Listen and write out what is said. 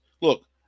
Look